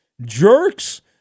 jerks